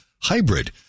hybrid